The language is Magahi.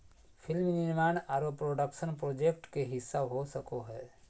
फिल्म निर्माण आरो प्रोडक्शन प्रोजेक्ट के हिस्सा हो सको हय